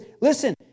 listen